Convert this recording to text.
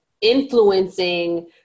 influencing